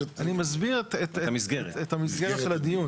אני מסביר את המסגרת של הדיון.